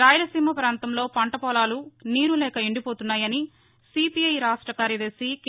రాయలసీమ ప్రాంతంలో పంట పొలాలు నీరు లేక ఎండిపోతున్నాయని సిపిఐ రాష్ట కార్యదర్భి కె